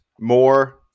more